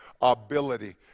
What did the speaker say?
ability